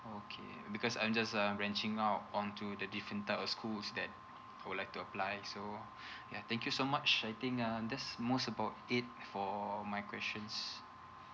okay because I'm just um wrenching out onto the different type of schools that I would like to apply so ya thank you so much I think um that's most about it for my questions